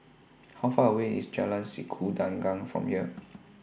How Far away IS Jalan Sikudangan from here